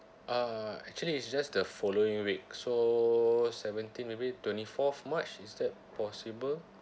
uh actually it's just the following week so seventeen maybe twenty fourth march is that possible